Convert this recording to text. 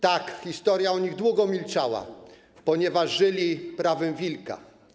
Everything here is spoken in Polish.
Tak, historia o nich długo milczała, ponieważ ˝żyli prawem wilka˝